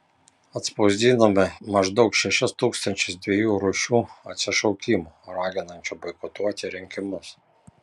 atspausdinome maždaug šešis tūkstančius dviejų rūšių atsišaukimų raginančių boikotuoti rinkimus